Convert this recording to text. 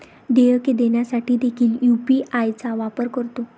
देयके देण्यासाठी देखील यू.पी.आय चा वापर करतो